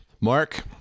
Mark